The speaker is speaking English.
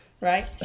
right